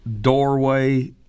doorway